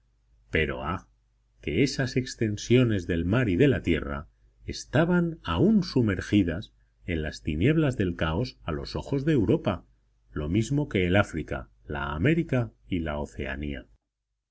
pero ah que esas extensiones del mar y de la tierra estaban aún sumergidas en las tinieblas del caos a los ojos de europa lo mismo que el áfrica la américa y la oceanía